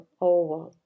over